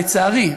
לצערי,